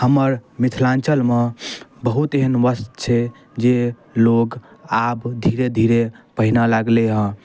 हमर मिथिलाञ्चलमे बहुत एहन वस्त्र छै जे लोक आब धीरे धीरे लोक पहिरऽ लागलै हँ